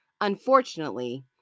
Unfortunately